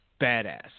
Badass